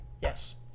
Yes